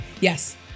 Yes